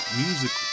music